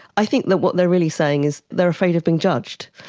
i think that what they are really saying is they are afraid of being judged.